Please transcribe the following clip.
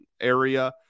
area